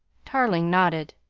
tarling nodded.